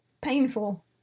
Painful